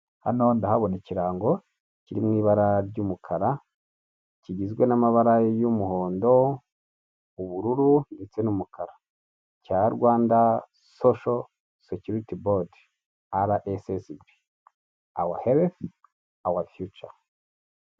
Hano ndahabona ikirango kiri mu ibara ry'umukara kigizwe n'amabara y'umuhondo ubururu ndetse n'umukara cya rwanda sosho sekuriti bodi ara esi esi bi awa helifu awa fiyuca.